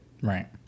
Right